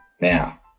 Now